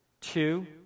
Two